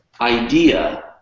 idea